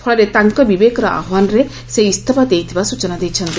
ଫଳରେ ତାଙ୍କ ବିବେକର ଆହ୍ୱାନରେ ସେ ଇସ୍ତଫା ଦେଇଥିବା ସୂଚନା ଦେଇଛନ୍ତି